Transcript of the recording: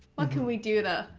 ah can we do to.